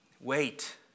Wait